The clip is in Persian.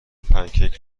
پنکیک